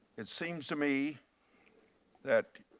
it seems to me that